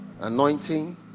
anointing